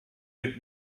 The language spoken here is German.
wird